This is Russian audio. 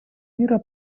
мира